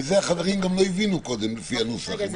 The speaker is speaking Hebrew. יפה, כי זה החברים גם לא הבינו קודם לפי הנוסח.